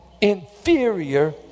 inferior